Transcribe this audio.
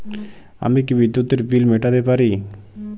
আমি কি বিদ্যুতের বিল মেটাতে পারি?